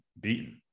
beaten